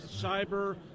Cyber